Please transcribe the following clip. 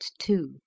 two